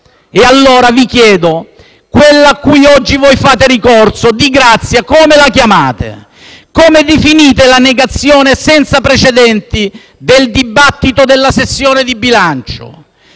E allora vi chiedo: quella a cui oggi fate ricorso, di grazia, come la chiamate? Come definite la negazione senza precedenti del dibattito nella sessione di bilancio?